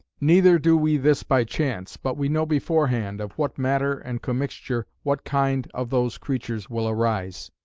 neither do we this by chance, but we know beforehand, of what matter and commixture what kind of those creatures will arise.